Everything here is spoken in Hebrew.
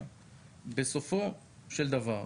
בסופו של דבר,